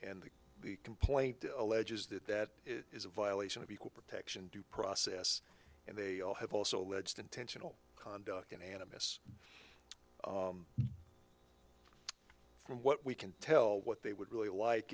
and the complaint alleges that that is a violation of equal protection due process and they all have also alleged intentional conduct in animists from what we can tell what they would really like